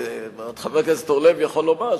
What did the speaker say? חבר הכנסת אורלב יכול לומר,